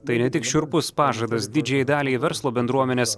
tai ne tik šiurpus pažadas didžiajai daliai verslo bendruomenės